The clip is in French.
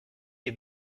les